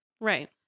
Right